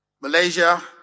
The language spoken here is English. Malaysia